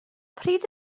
pryd